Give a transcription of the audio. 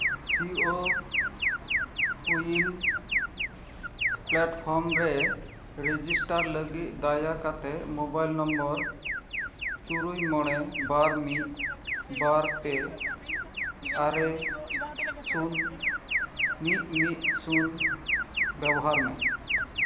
ᱥᱤ ᱳ ᱩᱭᱤᱱ platform ᱨᱮ register ᱞᱟᱹᱜᱤᱫ ᱫᱟᱭᱟ ᱠᱟᱛᱮ ᱢᱳᱵᱟᱭᱤᱞ ᱱᱚᱢᱵᱚᱨ ᱛᱩᱨᱩᱭ ᱢᱚᱬᱮ ᱵᱟᱨ ᱢᱤᱫ ᱵᱟᱨ ᱯᱮ ᱟᱨᱮ ᱥᱩᱱ ᱢᱤᱫ ᱢᱤᱫ ᱥᱩᱱ ᱵᱮᱵᱚᱦᱟᱨ ᱢᱮ